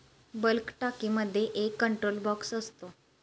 bulk टाकीमध्ये एक control box असतो